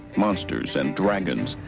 monsters and dragons.